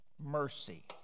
mercy